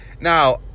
now